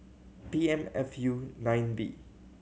P M F U nine B